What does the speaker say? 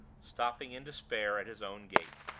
stopping in despair at his own gate.